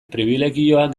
pribilegioak